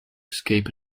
escape